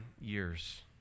years